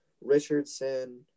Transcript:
Richardson